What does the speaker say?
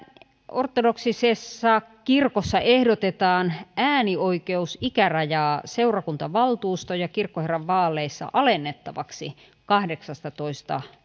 ortodoksisessa kirkossa ehdotetaan äänioikeusikärajaa seurakuntavaltuuston ja kirkkoherran vaaleissa alennettavaksi kahdeksastatoista